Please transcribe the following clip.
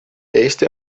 eesti